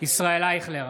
ישראל אייכלר,